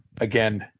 again